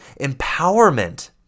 empowerment